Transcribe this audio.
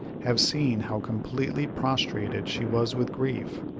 have seen how completely prostrated she was with grief,